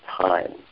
time